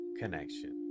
connection